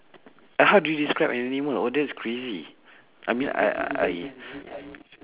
and how do you describe an animal !wow! that's crazy I mean I I